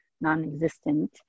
non-existent